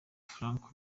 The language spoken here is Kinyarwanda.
franck